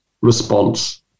response